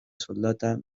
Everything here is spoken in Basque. soldata